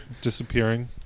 disappearing